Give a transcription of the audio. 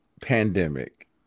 pandemic